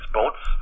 boats